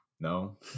No